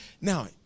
Now